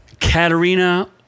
Katerina